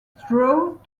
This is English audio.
drought